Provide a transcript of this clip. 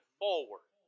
forward